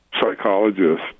psychologist